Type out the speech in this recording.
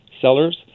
sellers